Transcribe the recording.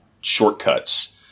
shortcuts